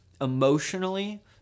emotionally